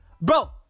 Bro